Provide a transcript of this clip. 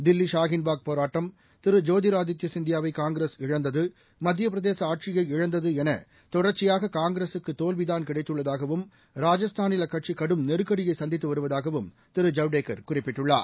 தில்லி ஷாஹின்பாக் போராட்டம் திரு ஜோதிர் ஆதித்ய சிந்தியாவை காங்கிரஸ் இழந்தது மத்தியப் பிரதேச ஆட்சியை இழந்தது என தொடர்ச்சியாக காங்கிரகக்கு தோல்விதான் கிடைத்துள்ளதாகவும் ராஜஸ்தானில் அக்கட்சி கடும் நெருக்கடியை சந்தித்து வருவதாகவும் திரு ஜவ்டேகர் குறிப்பிட்டுள்ளார்